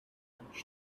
lunch